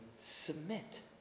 submit